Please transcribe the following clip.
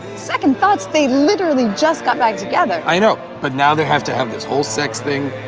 second thoughts. they literally just got back together. i know. but now they have to have this whole sex thing.